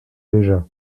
déjà